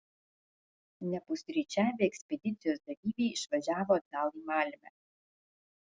nepusryčiavę ekspedicijos dalyviai išvažiavo atgal į malmę